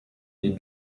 est